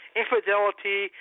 infidelity